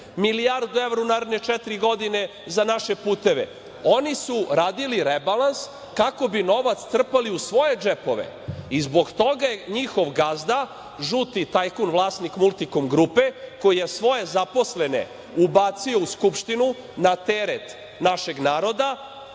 milijardu evra u naredne četiri godine za naše puteve. Oni su radili rebalans kako bi novac trpali u svoje džepove i zbog toga je njihov gazda, žuti tajkun, vlasnik „Multikom grupe“, koji je svoje zaposlene ubacio u Skupštinu na teret našeg naroda.